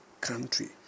country